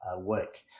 work